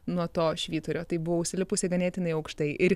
nuo to švyturio tai buvau užsilipusi ganėtinai aukštai ir